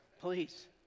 Please